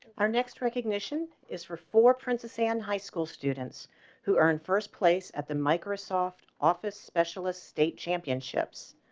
our next recognition is for, for princess anne high school students who earned first place at the microsoft office specialist state championships,